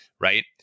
right